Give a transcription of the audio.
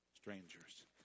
strangers